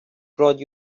brought